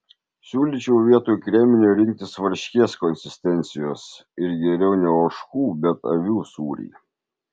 siūlyčiau vietoj kreminio rinktis varškės konsistencijos ir geriau ne ožkų bet avių sūrį